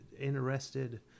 interested